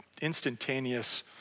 instantaneous